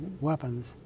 weapons